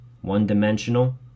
one-dimensional